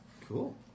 Cool